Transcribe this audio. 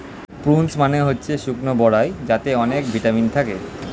prunes মানে হচ্ছে শুকনো বরাই যাতে অনেক ভিটামিন থাকে